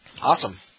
Awesome